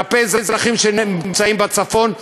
כלפי אזרחים שנמצאים בצפון.